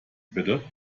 bitte